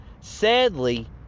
Sadly